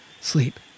Sleep